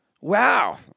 Wow